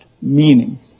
meaning